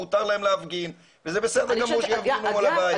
מותר להם להפגין וזה בסדר גמור שיפגינו מול הבית.